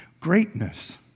Greatness